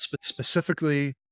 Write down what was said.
specifically